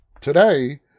today